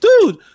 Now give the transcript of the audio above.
Dude